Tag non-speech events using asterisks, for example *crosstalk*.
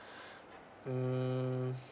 *breath* mm